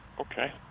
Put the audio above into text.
Okay